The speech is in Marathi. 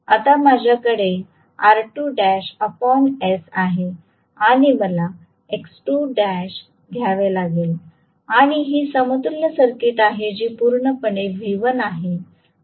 आता माझ्याकडे आहे आणि मला घ्यावे लागेल आणि ही समतुल्य सर्किट आहे जी पूर्णपणे V1 आहे